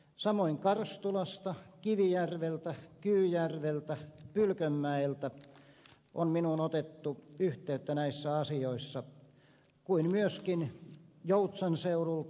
samoin karstulasta kivijärveltä kyyjärveltä pylkönmäeltä on minuun otettu yhteyttä näissä asioissa kuin myöskin joutsan seudulta